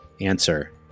Answer